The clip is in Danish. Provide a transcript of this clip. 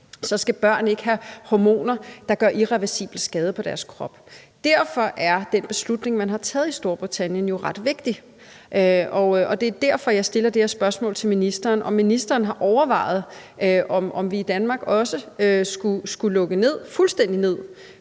så skal børn ikke have hormoner, der gør irreversibel skade på deres krop. Derfor er den beslutning, man har taget i Storbritannien, jo ret vigtig, og det er derfor, jeg stiller det her spørgsmål til ministeren, altså om ministeren har overvejet, om vi i Danmark også skulle lukke fuldstændig ned